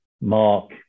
Mark